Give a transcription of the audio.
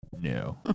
no